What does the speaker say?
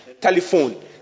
Telephone